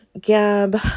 Gab